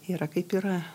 yra kaip yra